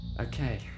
Okay